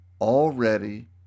already